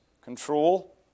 control